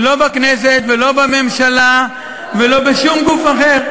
ולא בממשלה ולא בשום גוף אחר.